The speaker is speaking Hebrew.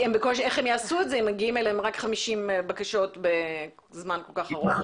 איך הם יעשו את זה אם מגיעות אליהן רק 50 בקשות בזמן כל כך ארוך?